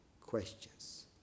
questions